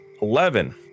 Eleven